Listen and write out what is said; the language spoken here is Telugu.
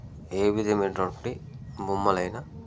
ఏ విధమైనటువంటి బొమ్మలైన